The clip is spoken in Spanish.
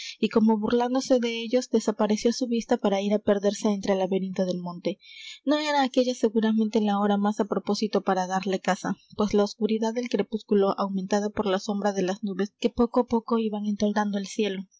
y como burlándose de ellos desapareció á su vista para ir á perderse entre el laberinto del monte no era aquella seguramente la hora más á propósito para darle caza pues la oscuridad del crepúsculo aumentada por la sombra de las nubes que poco á poco iban entoldando el cielo